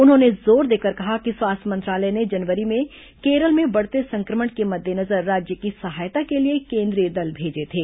उन्होंने जोर देकर कहा कि स्वास्थ्य मंत्रालय ने जनवरी में केरल में बढ़ते संक्रमण के मद्देनजर राज्य की सहायता के लिए केन्द्रीय दल भेजे थे